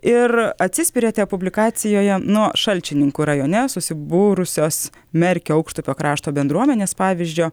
ir atsispiriate publikacijoje nu šalčininkų rajone susibūrusios merkio aukštupio krašto bendruomenės pavyzdžio